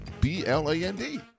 B-L-A-N-D